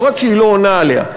לא רק שהיא לא עונה עליה,